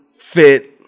fit